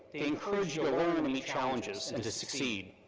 they encouraged you and um and to meet challenges and to succeed,